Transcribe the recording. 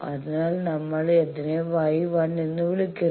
അതിനാൽ നമ്മൾ അതിനെ Y 1 എന്ന് വിളിക്കുന്നു